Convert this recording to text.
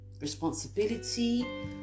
responsibility